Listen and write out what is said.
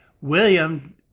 William